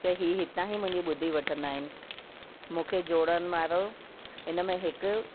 त हीअ हितां ई मुंहिंजी ॿुधी वठंदा आहिनि मूंखे जोड़न वारो इनमें हिकु